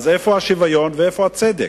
אז איפה השוויון ואיפה הצדק?